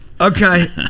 Okay